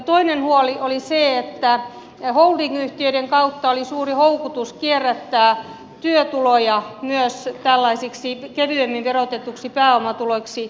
toinen huoli oli se että holdingyhtiöiden kautta oli suuri houkutus kierrättää työtuloja myös tällaisiksi kevyemmin verotetuiksi pääomatuloiksi